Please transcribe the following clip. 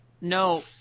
no